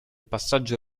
passaggio